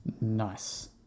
Nice